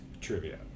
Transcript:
Trivia